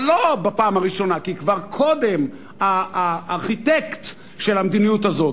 אבל לא בפעם הראשונה כי כבר קודם הארכיטקט של המדיניות הזאת,